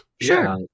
Sure